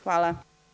Hvala.